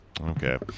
Okay